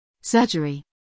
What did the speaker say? Surgery